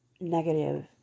negative